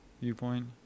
viewpoint